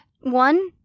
One